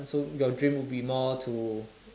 so your dream would be more to